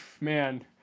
Man